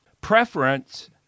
Preference